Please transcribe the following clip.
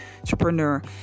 entrepreneur